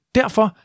derfor